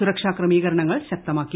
സുരക്ഷാ ്ക്മീകരണങ്ങൾ ശക്തമാക്കി